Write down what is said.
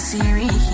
Siri